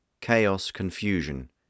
Chaos-confusion